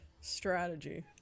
strategy